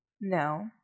no